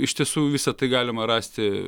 iš tiesų visa tai galima rasti